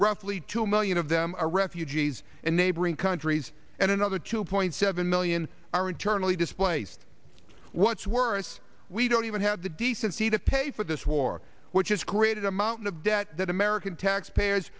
roughly two million of them are refugees in neighboring countries and another two point seven million are internally displaced what's worse we don't even have the decency to pay for this war which has created a mountain of debt that american taxpayers